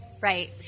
Right